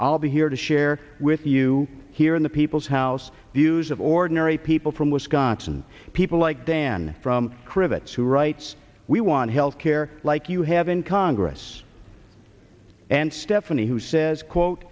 i'll be here to share with you here in the people's house the use of ordinary people from wisconsin people like dan from cricket's who writes we want health care like you have in congress and stephanie who says quote